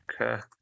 okay